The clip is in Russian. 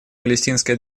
палестинской